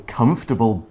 comfortable